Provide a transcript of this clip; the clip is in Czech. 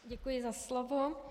Děkuji za slovo.